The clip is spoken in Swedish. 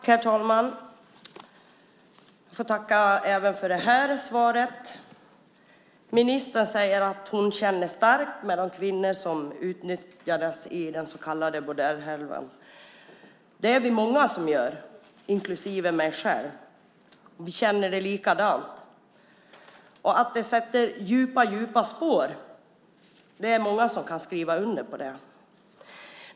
Herr talman! Jag får tacka även för detta svar. Ministern säger att hon känner starkt med de kvinnor som utnyttjades i den så kallade bordellhärvan. Det är vi många som gör, inklusive mig själv. Jag känner likadant. Att det sätter djupa spår är det många som kan skriva under på.